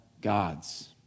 gods